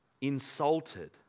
insulted